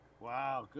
Wow